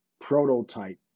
prototype